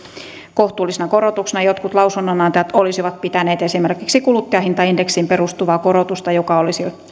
kohtuullisena korotuksena jotkut lausunnonantajat olisivat pitäneet esimerkiksi kuluttajahintaindeksiin perustuvaa korotusta joka olisi